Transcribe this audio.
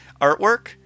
artwork